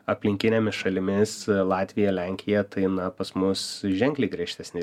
aplinkinėmis šalimis latvija lenkija tai na pas mus ženkliai griežtesni